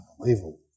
Unbelievable